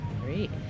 Great